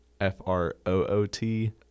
f-r-o-o-t